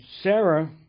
Sarah